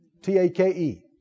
T-A-K-E